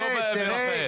תראה איזה משפט אמרתי.